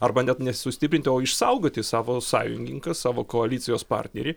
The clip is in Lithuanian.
arba net nesustiprinti o išsaugoti savo sąjungininką savo koalicijos partnerį